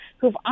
who've